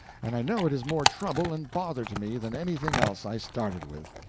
and i know it is more trouble and bother to me than anything else i started with.